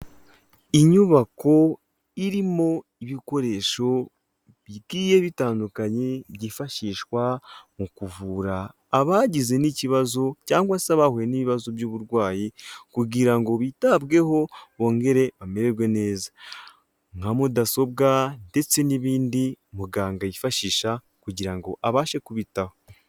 Inyubako irimo ibikoresho bigiye bitandukanye byifashishwa mu kuvura abagize n'ikibazo cyangwa se bahuye n'ibibazo by'uburwayi kugira ngo bitabweho bongere bamererwe neza, nka mudasobwa ndetse n'ibindi muganga yifashisha kugira ngo abashe kubitaho.